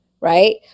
right